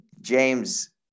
James